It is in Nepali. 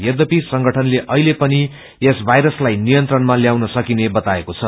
यबपि संगठनले अहिले पनि यो वायरसलाई नियन्त्रणमा ल्याउन सकिने बताएको छ